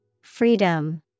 Freedom